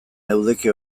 leudeke